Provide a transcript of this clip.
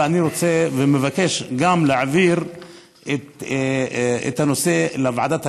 אני רוצה ומבקש גם להעביר את הנושא לוועדת הכלכלה,